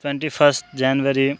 twenty first January